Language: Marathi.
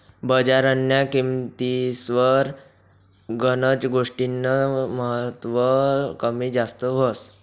बजारन्या किंमतीस्वर गनच गोष्टीस्नं महत्व कमी जास्त व्हस